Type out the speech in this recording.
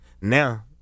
Now